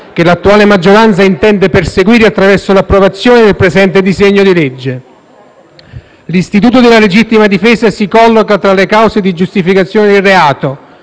che l'attuale maggioranza intende perseguire attraverso l'approvazione del presente disegno di legge. L'istituto della legittima difesa si colloca tra le cause di giustificazione del reato